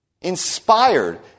inspired